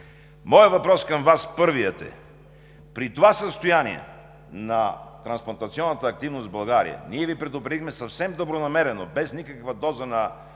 въпрос към Вас е: при това състояние на транплантационната активност в България ние Ви предупредихме съвсем добронамерено, без никаква доза на